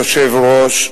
אדוני היושב-ראש,